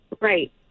Right